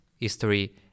history